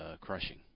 crushing